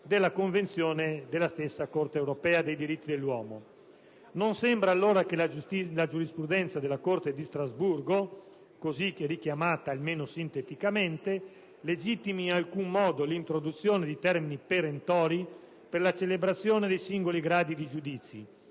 della Convenzione della stessa Corte europea dei diritti dell'uomo. Non sembra allora che la giurisprudenza della Corte di Strasburgo, così sinteticamente richiamata, legittimi in alcun modo l'introduzione di termini perentori per la celebrazione dei singoli gradi di giudizio,